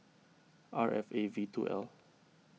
R F A V two L